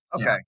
Okay